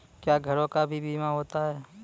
क्या घरों का भी बीमा होता हैं?